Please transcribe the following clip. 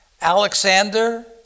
Alexander